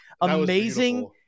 amazing